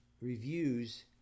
reviews